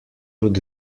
would